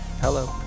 Hello